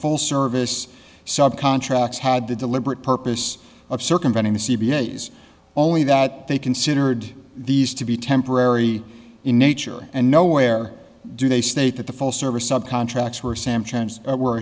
full service sub contracts had the deliberate purpose of circumventing the c b s only that they considered these to be temporary in nature and nowhere do they state that the full service of contracts were sam terms were